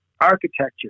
architecture